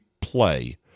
play